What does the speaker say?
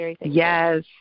Yes